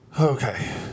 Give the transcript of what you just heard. Okay